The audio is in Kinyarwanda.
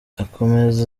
akomeza